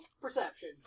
Perception